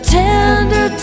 tender